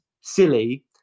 silly